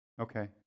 Okay